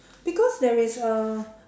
because there is a